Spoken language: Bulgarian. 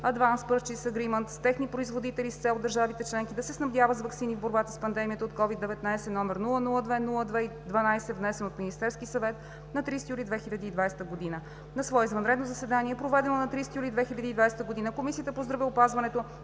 (Advance Purchase Agreement) с техни производители с цел държавите членки да се снабдят с ваксини в борбата с пандемията от COVID-19, № 002-02-12, внесен от Министерския съвет на 30 юли 2020 г. На свое извънредно заседание, проведено на 30 юли 2020 г., Комисията по здравеопазването